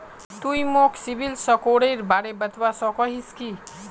तुई मोक सिबिल स्कोरेर बारे बतवा सकोहिस कि?